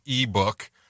ebook